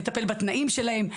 לטפל בתנאים שלהם,